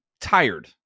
tired